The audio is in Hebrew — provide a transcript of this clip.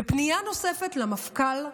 ופנייה נוספת למפכ"ל,